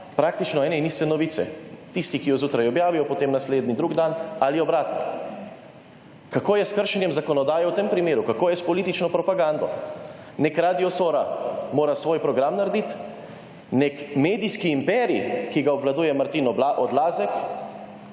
praktično ene in iste novice. Tisti, ki jo zjutraj objavijo, potem naslednji drug dan, ali obratno. Kako je s kršenjem zakonodaje v tem primeru? Kako je s politično propagando? Nek Radio Sora mora svoj program narediti, nek medijski imperij, ki ga obvladuje Martin Odlazek,